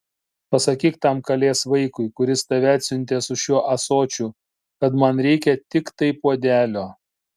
pasakyk tam kalės vaikui kuris tave atsiuntė su šiuo ąsočiu kad man reikia tiktai puodelio